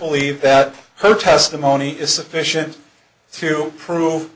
believe that her testimony is sufficient to prove